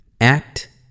act